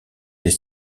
des